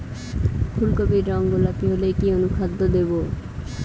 ফুল কপির রং গোলাপী হলে কি অনুখাদ্য দেবো?